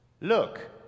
look